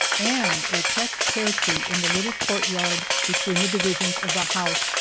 and a pet pear-tree in the little courtyard between the divisions of the house,